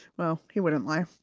well, he wouldn't lie.